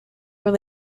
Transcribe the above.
were